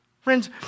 Friends